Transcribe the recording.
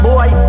Boy